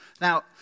Now